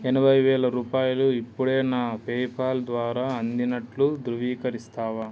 ఎనభై వేల రూపాయలు ఇప్పుడే నా పేపాల్ ద్వారా అందినట్లు ధృవీకరిస్తావా